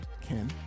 Ken